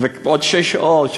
ועוד שש שעות,